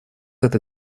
этой